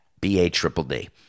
B-A-Triple-D